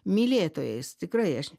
mylėtojais tikrai aš